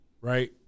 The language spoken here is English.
right